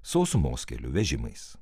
sausumos keliu vežimais